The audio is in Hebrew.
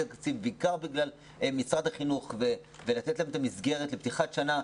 התקציב ולתת להם את המסגרת לפתיחת שנה,